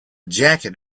jacket